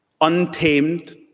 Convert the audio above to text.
untamed